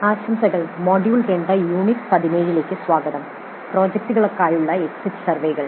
ആശംസകൾ module 2 unit 17 ലേക്ക് സ്വാഗതം പ്രോജക്റ്റുകൾക്കായുള്ള എക്സിറ്റ് സർവേകൾ